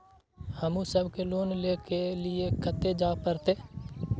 हमू सब के लोन ले के लीऐ कते जा परतें?